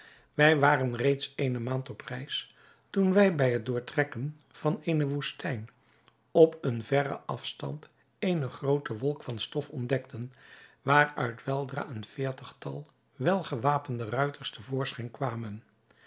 wij waren reeds eene maand op reis toen wij bij het doortrekken van eene woestijn op een verren afstand eene groote wolk van stof ontdekten waaruit weldra een veertigtal wel gewapende ruiters te voorschijn kwamen